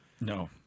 No